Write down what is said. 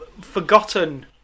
forgotten